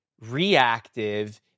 reactive